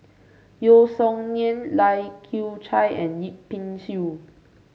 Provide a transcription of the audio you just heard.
Yeo Song Nian Lai Kew Chai and Yip Pin Xiu